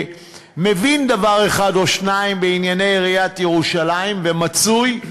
שמבין דבר אחד או שניים בענייני עיריית ירושלים ומצוי,